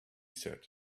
said